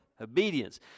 obedience